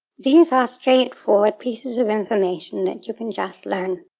these are straightforward pieces of information that you can just learn.